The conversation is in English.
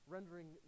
Rendering